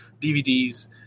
DVDs